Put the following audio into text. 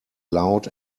loud